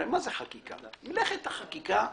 הרי מלאכת החקיקה,